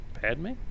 Padme